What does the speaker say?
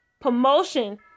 Promotion